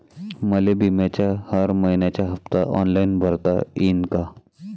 मले बिम्याचा हर मइन्याचा हप्ता ऑनलाईन भरता यीन का?